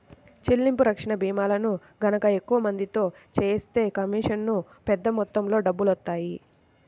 చెల్లింపు రక్షణ భీమాలను గనక ఎక్కువ మందితో చేయిస్తే కమీషనుగా పెద్ద మొత్తంలో డబ్బులొత్తాయి